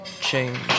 change